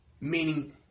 Meaning